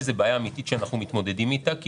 השאלה שאתה מעלה היא בעיה אמיתית שאנחנו מתמודדים איתה כי